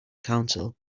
counsel